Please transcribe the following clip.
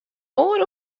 oare